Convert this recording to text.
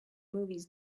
movies